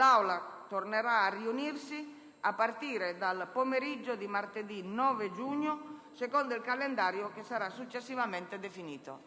L'Assemblea tornerà a riunirsi a partire dal pomeriggio di martedì 9 giugno secondo il calendario che sarà successivamente definito.